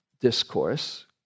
discourse